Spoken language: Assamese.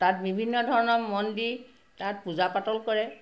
তাত বিভিন্ন ধৰণৰ মন্দিৰ তাত পূজা পাতল কৰে